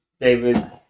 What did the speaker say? David